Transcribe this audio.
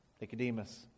Nicodemus